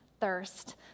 thirst